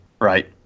right